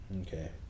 Okay